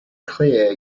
clear